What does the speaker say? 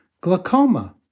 Glaucoma